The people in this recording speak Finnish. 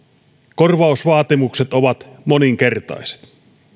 korvausvaatimukset ovat moninkertaiset